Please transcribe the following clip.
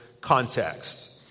context